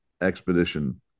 expedition